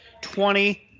Twenty